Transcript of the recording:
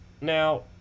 Now